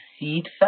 Seed